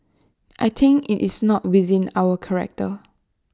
I think IT is not within our character